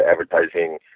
advertising